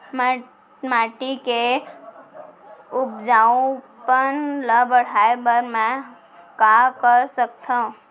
माटी के उपजाऊपन ल बढ़ाय बर मैं का कर सकथव?